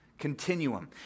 continuum